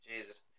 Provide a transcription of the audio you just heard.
Jesus